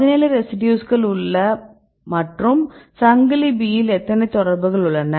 17 ரெசிடியூஸ்கள் உள்ள மற்றும் சங்கிலி B இல் எத்தனை தொடர்புகள் உள்ளன